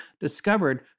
discovered